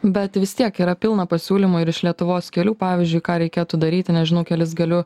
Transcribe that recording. bet vis tiek yra pilna pasiūlymų ir iš lietuvos kelių pavyzdžiui ką reikėtų daryti nežinau kelis galiu